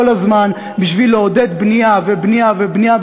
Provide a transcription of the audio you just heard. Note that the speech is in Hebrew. הזמן בשביל לעודד בנייה ובנייה ובנייה,